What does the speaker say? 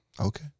okay